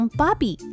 Bobby